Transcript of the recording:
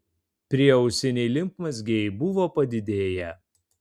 prieausiniai limfmazgiai buvo padidėję